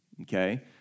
Okay